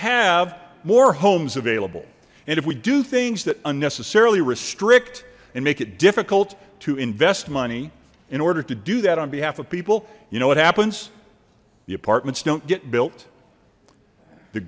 have more homes available and if we do things that unnecessarily restrict and make it difficult to invest money in order to do that on behalf of people you know what happens the apartments don't get built the